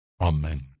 Amen